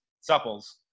Supple's